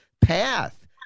path